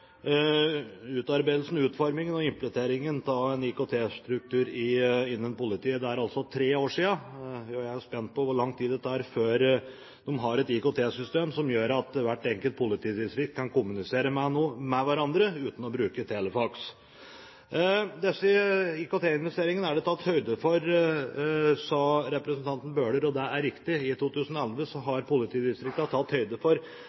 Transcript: utarbeidelsen, utformingen og implementeringen av en IKT-struktur i politiet. Det er altså tre år siden. Jeg er spent på hvor lang tid det tar før de har et IKT-system som gjør at hvert enkelt politidistrikt kan kommunisere med hverandre uten å bruke telefaks. Disse IKT-investeringene er det tatt høyde for, sa representanten Bøhler, og det er riktig. I 2011 har politidistriktene tatt høyde for